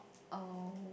oh